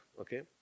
okay